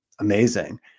amazing